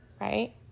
right